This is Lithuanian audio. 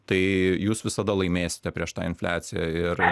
tai jūs visada laimėsite prieš tą infliaciją ir